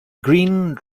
green